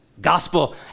Gospel